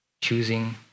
choosing